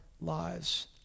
lives